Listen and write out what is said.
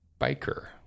biker